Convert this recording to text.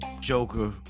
Joker